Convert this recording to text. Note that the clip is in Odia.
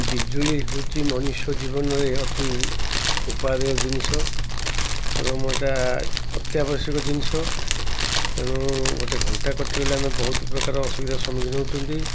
ବିଜୁଳି ହେଉଛି ମଣିଷ ଜୀବନରେ ଅତି ଉପାଦେୟ ଜିନିଷ ଏବଂ ଏଇଟା ଅତ୍ୟାବଶ୍ୟକ ଜିନିଷ ତେଣୁ ଗୋଟେ ଘଣ୍ଟା କଟିଗଲେ ଆମେ ବହୁତ ପ୍ରକାର ଅସୁବିଧାର ସମ୍ମୁଖୀନ ହେଉଛନ୍ତି